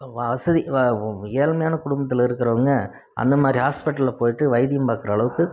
வசதி வ ஏழ்மையான குடும்பத்தில் இருக்கிறவங்க அந்தமாதிரி ஹாஸ்ப்பிட்டலில் போய்விட்டு வைத்தியம் பார்க்குற அளவுக்கு